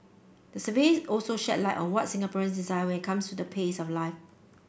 the survey also shed light on what Singaporeans desire when comes to the pace of life